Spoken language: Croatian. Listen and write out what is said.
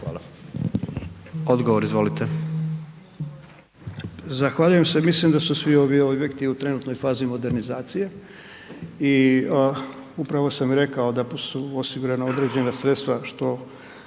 (HDZ)** Odgovor izvolite.